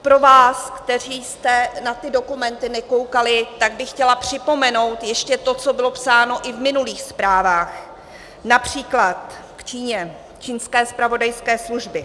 Pro vás, kteří jste na ty dokumenty nekoukali, bych chtěla připomenout ještě to, co bylo psáno i v minulých zprávách například k Číně, k čínské zpravodajské službě.